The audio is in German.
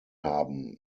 haben